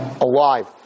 Alive